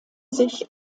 sich